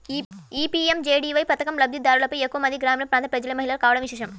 ఈ పీ.ఎం.జే.డీ.వై పథకం లబ్ది దారులలో ఎక్కువ మంది గ్రామీణ ప్రాంతాల ప్రజలు, మహిళలే కావడం విశేషం